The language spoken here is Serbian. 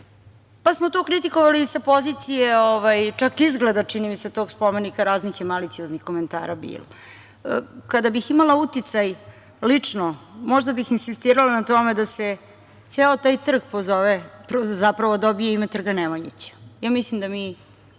pa smo to kritikovali i sa pozicije čak izgleda, čini mi se, tog spomenika. Raznih je malicioznih komentara bilo. Kada bih imala uticaj lično, možda bih insistirala na tome da se ceo taj trg zapravo dobije ime trga Nemanjića. Ja mislim da mi